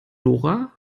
lora